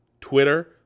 Twitter